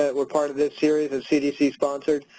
ah were part of this series that cdc sponsored,